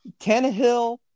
Tannehill